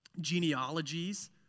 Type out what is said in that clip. genealogies